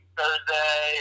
Thursday